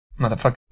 motherfucker